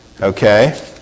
Okay